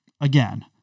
Again